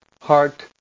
heart